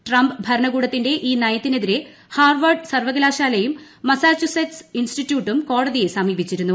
Trump ഭരണകൂടത്തിന്റെ ഈ നയത്തിനെതിരെ ഹാർവാഡ് സർവ്വകലാശാലയും മസാച്ചുസെറ്റ്സ് ഇൻസ്റ്റിറ്റ്യൂട്ടും കോടതിയെ സമീപിച്ചിരുന്നു